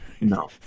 No